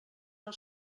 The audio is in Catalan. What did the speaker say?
del